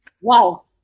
Wow